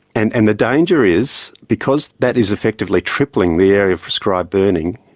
and and the danger is, because that is effectively tripling the area of prescribed burning,